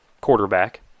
quarterback